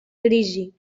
crisi